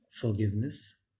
forgiveness